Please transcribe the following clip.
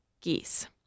geese